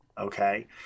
Okay